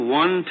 one